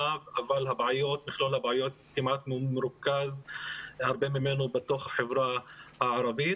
אבל הרבה בעיות מרוכזות בחברה הערבית.